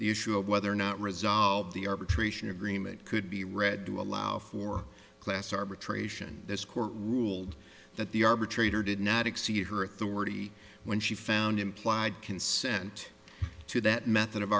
the issue of whether or not resolved the arbitration agreement could be read to allow for class arbitration this court ruled that the arbitrator did not exceed her authority when she found implied consent to that method of